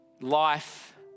life